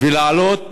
ולהעלות